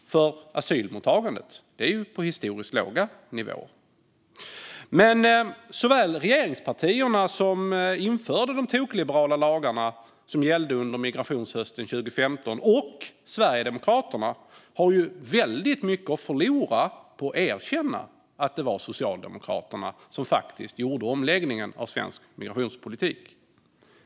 Asylmottagandet är ju på historiskt låga nivåer. Men såväl regeringspartierna, som införde de tokliberala lagarna som gällde under migrationshösten 2015, och Sverigedemokraterna har väldigt mycket att förlora på att erkänna att det var Socialdemokraterna som faktiskt gjorde omläggningen av svensk migrationspolitik.